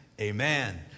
amen